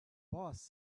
boss